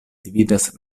dividas